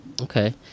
Okay